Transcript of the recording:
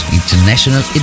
International